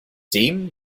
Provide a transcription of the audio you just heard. dem